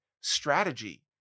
strategy